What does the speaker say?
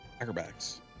acrobatics